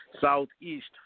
southeast